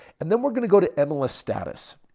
and then we're going to go to mls status.